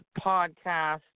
podcast